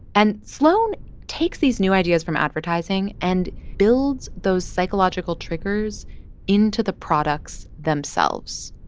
and sloan takes these new ideas from advertising and builds those psychological triggers into the products themselves.